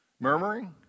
murmuring